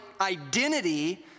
identity